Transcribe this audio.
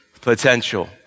potential